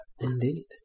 Indeed